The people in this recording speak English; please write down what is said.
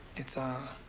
it's, ah